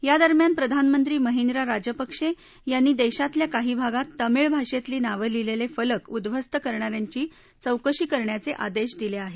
यादरम्यान प्रधानमंत्री महिंद्रा राजपक्षे यांनी देशातल्या काही भागात तामिळ भाषेतली नावं लिहिलेले फलक उध्वस्त करणाऱ्यांची चौकशी करण्याचे आदेश दिले आहेत